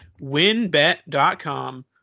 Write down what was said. winbet.com